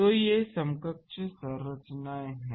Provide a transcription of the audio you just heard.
तो ये समकक्ष संरचनाएं हैं